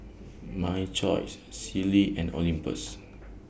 My Choice Sealy and Olympus